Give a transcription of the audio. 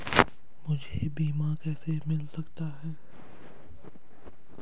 मुझे बीमा कैसे मिल सकता है?